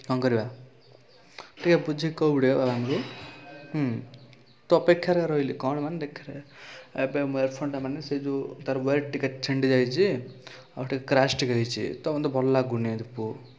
କ'ଣ କରିବା ଟିକିଏ ବୁଝିକି କହିବୁ ଟିକିଏ ହେଲା ଆମକୁ ହୁଁ ତୋ ଅପେକ୍ଷାରେ ରହିଲି କ'ଣ ମାନେ ଦେଖେର ଏବେ ଇୟାରଫୋନଟା ମାନେ ସେ ଯେଉଁ ତାର ୱେର ଟିକିଏ ଛିଣ୍ଡିଯାଇଛି ଆଉ ଟିକିଏ କ୍ରାସ୍ ଟିକିଏ ହେଇଛି ତ ମୋତେ ଭଲ ଲାଗୁନି ଦିପୁ